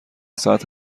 ساعت